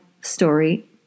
story